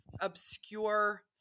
obscure